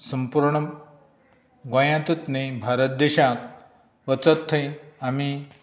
संपूर्ण गोंयांतच न्ही भारत देशांत वचत थंय आमी